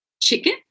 chicken